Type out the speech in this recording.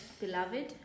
beloved